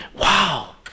wow